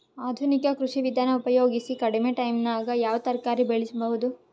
ಆಧುನಿಕ ಕೃಷಿ ವಿಧಾನ ಉಪಯೋಗಿಸಿ ಕಡಿಮ ಟೈಮನಾಗ ಯಾವ ತರಕಾರಿ ಬೆಳಿಬಹುದು?